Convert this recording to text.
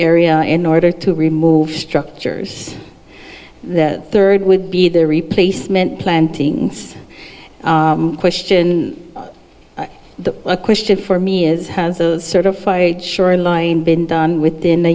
area in order to remove structures the third would be the replacement plantings question the question for me is has the certified shoreline been done within a